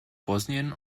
bosnien